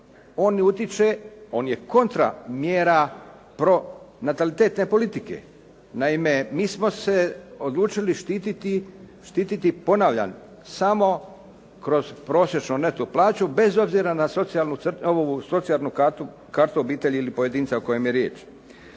On je kontra mjera pornalitetne politike. Naime, mi smo se odlučili štititi, ponavljam štititi kroz prosječnu neto plaću bez obzira na socijalnu kartu obitelji ili pojedinca o kojem je riječ.